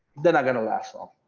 they're not gonna last off.